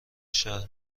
شهر